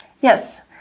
Yes